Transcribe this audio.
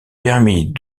permit